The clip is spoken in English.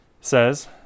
says